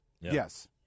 Yes